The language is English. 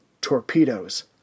torpedoes